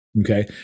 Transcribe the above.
okay